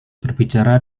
berbicara